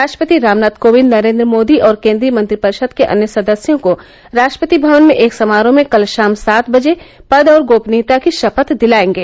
राष्ट्रपति रामनाथ कोविंद नरेन्द्र मोदी और केंद्रीय मंत्रिपरिषद के अन्य सदस्यों को राष्ट्रपति भवन में एक समारोह में कल शाम सात बजे पद और गोपनीयता की शपथ दिलाएंगे